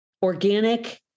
organic